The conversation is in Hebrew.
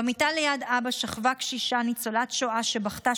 במיטה ליד אבא שכבה קשישה ניצולת שואה שבכתה